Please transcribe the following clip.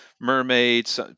mermaids